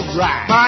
right